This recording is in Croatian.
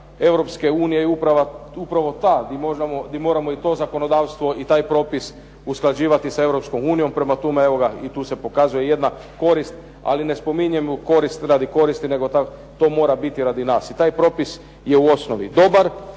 strana EU je upravo ta di moramo i to zakonodavstvo i taj propis usklađivati sa EU. Prema tome, evo ga i tu se pokazuje jedna korist, ali ne spominjem korist radi koristi nego to mora biti radi nas. I taj propis je u osnovi dobar,